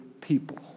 people